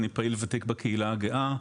אני פעיל וותיק בקהילה הגאה.